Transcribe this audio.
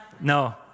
No